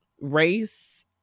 race